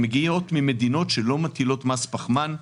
מגיעים ממדינות שלא מטילות מס פחמן,